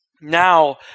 Now